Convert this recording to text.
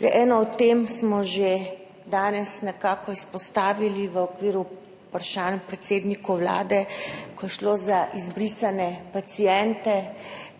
Eno od tem smo že danes nekako izpostavili v okviru vprašanj predsedniku Vlade, ko je šlo za izbrisane paciente